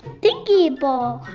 stinky ball.